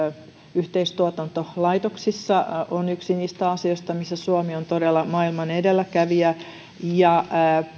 yhteistuotantolaitoksissa on yksi niistä asioista missä suomi on todella maailman edelläkävijä